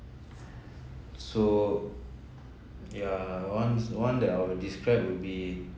so ya ones one that I'll describe would be